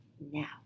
now